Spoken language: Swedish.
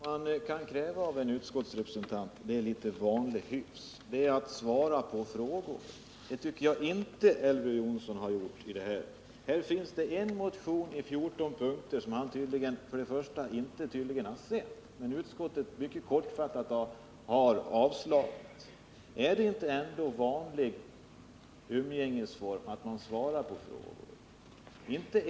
Herr talman! Vad man kan kräva av en utskottsrepresentant är litet vanlig hyfs, nämligen att svara på frågor. Det tycker jag inte att Elver Jonsson har gjort i detta sammanhang. Här finns en motion i 14 punkter som han tydligen inte har sett men som utskottet mycket kortfattat har avstyrkt. Är det inte en vanlig umgängesform att man svarar på frågor?